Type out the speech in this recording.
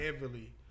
heavily